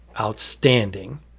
outstanding